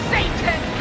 Satan